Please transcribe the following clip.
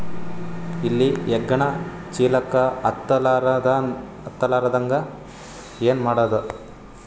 ಇಲಿ ಹೆಗ್ಗಣ ಚೀಲಕ್ಕ ಹತ್ತ ಲಾರದಂಗ ಏನ ಮಾಡದ?